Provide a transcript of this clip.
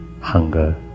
hunger